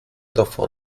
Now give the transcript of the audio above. davon